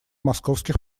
московских